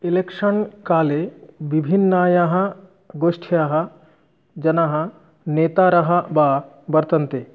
election काले विभिन्नायाः गोष्ठ्याः जनाः नेतारः वा वर्तन्ते